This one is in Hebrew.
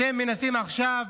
אתם מנסים עכשיו